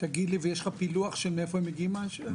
יש פילוח מאיפה מגיעים האנשים?